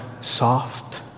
soft